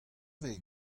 vez